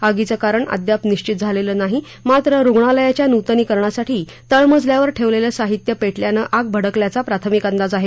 आगीचं कारण अद्याप निश्वित झालेलं नाही मात्र रुणालयाच्या नुतनीकरणासाठी तळमजल्यावर ठेवलेलं साहित्य पेटल्यानं आग भडकल्याचा प्राथमिक अंदाज आहे